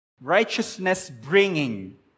righteousness-bringing